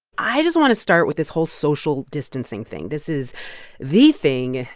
i just want to start with this whole social distancing thing. this is the thing,